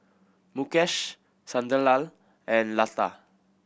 Mukesh Sunderlal and Lata